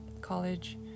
college